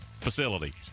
facility